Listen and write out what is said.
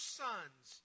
sons